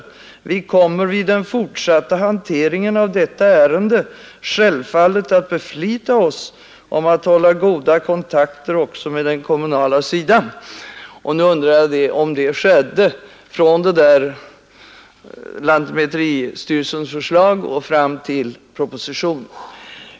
Han sade nämligen då: ”Vi kommer i den fortsatta hanteringen av detta ärende självfallet att beflita oss om att hålla goda kontakter också med den kommunala sidan.” Nu undrar jag om så skedde från tidpunkten för lantmäteristyrelsens förslag och fram till propositionen.